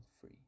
free